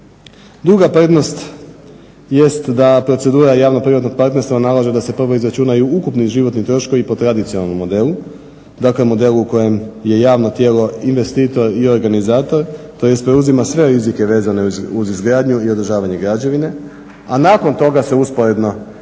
Druga prednost jest da procedura javno-privatnog partnerstva nalaže da se prvo izračunaju ukupni životni troškovi po tradicionalnom modelu, dakle modelu u kojem je javno tijelo investitor i organizator tj. preuzima sve rizike vezane uz izgradnju i održavanje građevine, a nakon toga se usporedno procijene